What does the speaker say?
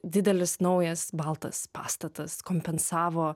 didelis naujas baltas pastatas kompensavo